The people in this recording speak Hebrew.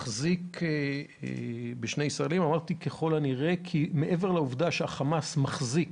מחזיק בשני ישראלים אמרתי "ככל הנראה" כי מעבר לעובדה שהחמאס מחזיק